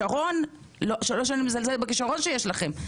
זה לא שאני מזלזלת בכישרון שיש לכם,